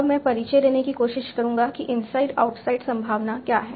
अब मैं परिचय देने की कोशिश करूंगा कि इनसाइड आउटसाइड संभावना क्या है